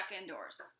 indoors